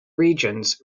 regions